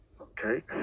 Okay